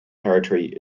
territory